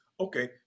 Okay